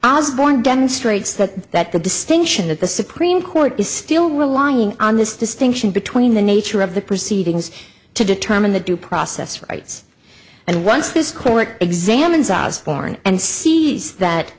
i was born demonstrates that that the distinction that the supreme court is still relying on this distinction between the nature of the proceedings to determine the due process rights and once this court examines as foreign and sees that